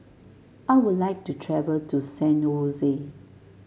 I would like to travel to San Jose